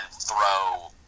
throw